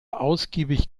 ausgiebig